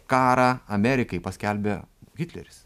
karą amerikai paskelbė hitleris